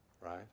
right